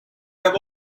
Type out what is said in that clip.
have